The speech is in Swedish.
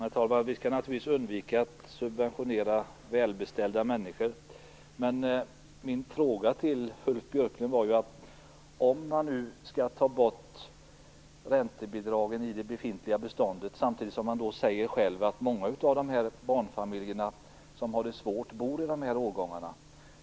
Herr talman! Vi skall naturligtvis undvika att subventionera välbeställda människor. Men min fråga till Ulf Björklund handlade ju om att man skall ta bort räntebidragen i det befintliga beståndet. Samtidigt säger han själv att många av de barnfamiljer som har det svårt bor i de här årgångarna.